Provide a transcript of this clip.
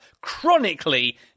chronically